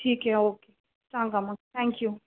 ठीक आहे ओके सांगा मग थँक्यू